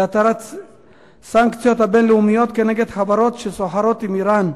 להתרת הסנקציות הבין-לאומיות כנגד חברות הסוחרות עם אירן.